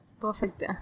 Perfect